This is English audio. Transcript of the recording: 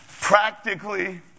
Practically